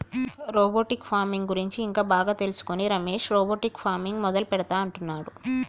robotic farming గురించి ఇంకా బాగా తెలుసుకొని రమేష్ రోబోటిక్ ఫార్మింగ్ మొదలు పెడుతా అంటున్నాడు